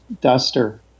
Duster